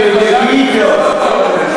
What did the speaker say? תבדקי אתו.